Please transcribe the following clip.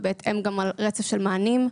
ובהתאם גם על רצף של מענים.